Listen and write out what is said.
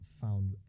found